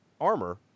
armor